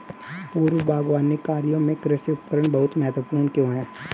पूर्व बागवानी कार्यों में कृषि उपकरण बहुत महत्वपूर्ण क्यों है?